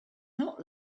not